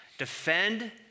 Defend